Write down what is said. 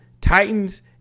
Titans